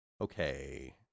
Okay